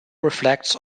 reflects